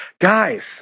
Guys